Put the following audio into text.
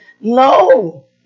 No